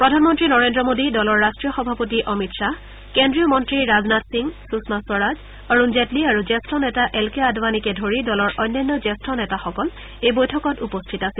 প্ৰধানমন্ত্ৰী নৰেন্দ্ৰ মোদী দলৰ ৰট্টীয় সভাপতি অমিত খাহ কেন্দ্ৰীয় মন্তী ৰাজনাথ সিং সূষমা স্বৰাজ অৰুণ জেটলী আৰু জ্যেষ্ঠ নেতা এল কে আদৱানীকে ধৰি দলৰ অন্যান্য জ্যেষ্ঠ নেতাসকল এই বৈঠকত উপস্থিত আছিল